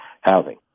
housing